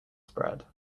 spread